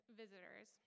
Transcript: visitors